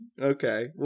Okay